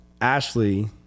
Ashley